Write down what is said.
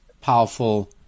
powerful